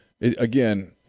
again –